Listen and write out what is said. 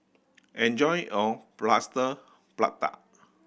enjoy your Plaster Prata